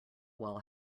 while